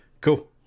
Cool